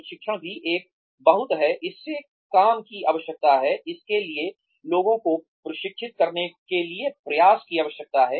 प्रशिक्षण भी एक बहुत है इसे काम की आवश्यकता है इसके लिए लोगों को प्रशिक्षित करने के लिए प्रयास की आवश्यकता है